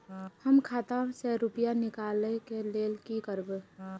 हम खाता से रुपया निकले के लेल की करबे?